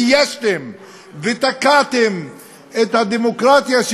ביישתם ותקעתם את הדמוקרטיה,